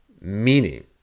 Meaning